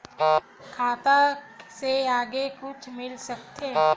खाता से आगे कुछु मिल सकथे?